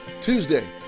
Tuesday